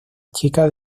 chica